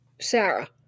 Sarah